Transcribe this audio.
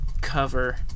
cover